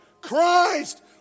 Christ